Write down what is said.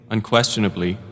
Unquestionably